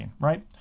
right